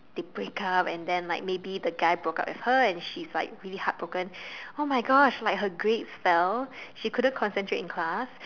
they break up and then like maybe the guy broke up with her and she's like really heartbroken !oh-my-gosh! her like grades fell she couldn't concentrate in class